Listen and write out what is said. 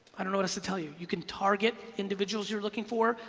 i don't know what to tell you. you could target individuals you're looking for,